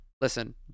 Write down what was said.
listen